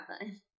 fun